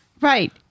Right